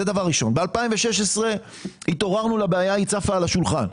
ב-2016 התעוררנו לבעיה, היא צפה על השולחן.